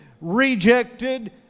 rejected